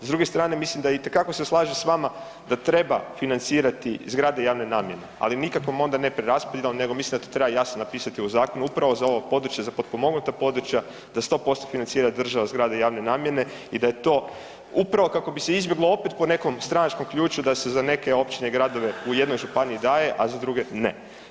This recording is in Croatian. S druge strane, mislim da itekako se slažem s vama da treba financirati zgrade javne namjene ali nikako onda ne preraspodjelom nego mislim da to treba jasno napisati u zakonu upravo za ovo područje, za potpomognuta područja da 100% financira država zgrade javne namjene i da je to upravo kako bi se izbjeglo opet po nekom stranačkom ključu da se za neke općine i gradove u jednoj županiji daje a za druge ne.